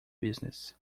business